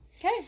Okay